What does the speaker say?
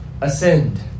ascend